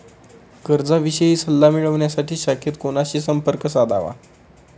कर्जाविषयी सल्ला मिळवण्यासाठी शाखेत कोणाशी संपर्क साधावा?